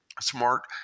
smart